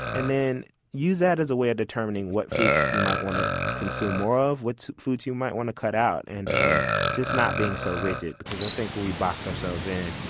and then you that as a way of determining what foods you might want to consume more of, what foods you might want to cut out, and um just not being so rigid because i think we box ourselves in,